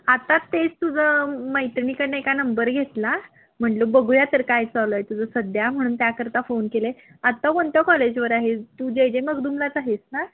आता तेच तुझं मैत्रिणीकडनं एका नंबर घेतला म्हटलं बघूया तर काय चालू आहे तुझं सध्या म्हणून त्याकरता फोन केले आत्ता कोणत्या कॉलेजवर आहे तू जय जे मगदुमलाच आहेस ना